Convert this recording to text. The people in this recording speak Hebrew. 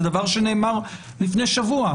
זה דבר שנאמר לפני שבוע.